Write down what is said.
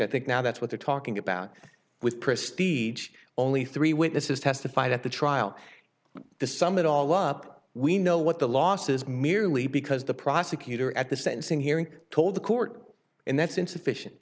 i think now that's what they're talking about with precedes only three witnesses testified at the trial the sum it all up we know what the loss is merely because the prosecutor at the sentencing hearing told the court and that's insufficient